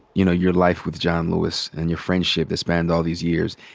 you know your life with john lewis and your friendship that spanned all these years,